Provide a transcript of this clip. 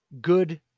good